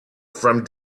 from